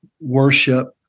worship